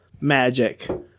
magic